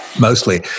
mostly